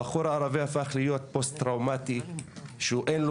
הבחור הערבי הפך להיות פוסט-טראומטי ואין לו